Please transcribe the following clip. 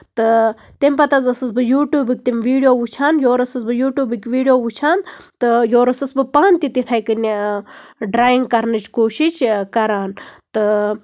تہٕ تَمہِ پَتہٕ حظ ٲسٕس بہٕ یوٗٹیوٗبٕکۍ تِم ویٖڈیو وُچھان یورٕ ٲسٕس بہٕ یوٗٹیوٗبٕکۍ تِم ویٖڈیو وُچھان تہٕ یورٕ ٲسٕس بہٕ پانہٕ تہِ تِتھٕے کٔنۍ ڈریِنگ کرنٕچ کوٗشِش کران تہٕ